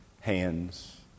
hands